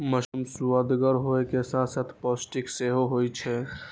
mushroom सुअदगर होइ के साथ साथ पौष्टिक सेहो होइ छै